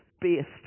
based